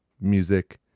Music